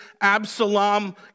Absalom